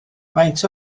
faint